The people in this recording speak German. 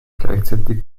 gleichzeitig